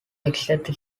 exact